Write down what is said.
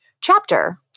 chapter